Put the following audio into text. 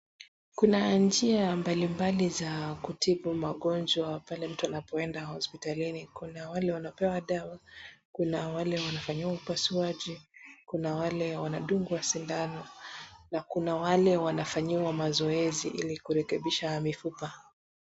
Kuna njia mbali mbali za kutibu magonjwa pale mtu anapoenda hospitalini, kuna wale wanaopewa dawa, kuna wale wanafanyiwa upasuaji, kuna wale wanadungwa sindano na kuna wale wanafanyiwa mazoezi ili kurekebisha mifupa.